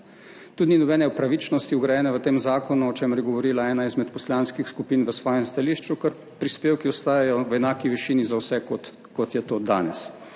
Tudi ni nobene pravičnosti vgrajene v tem zakonu, o čemer je govorila ena izmed poslanskih skupin v svojem stališču, ker prispevki ostajajo v enaki višini za vse, kot, kot je to danes,